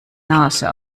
nase